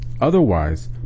Otherwise